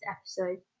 episode